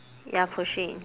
ya pushing